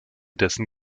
dessen